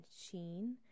sheen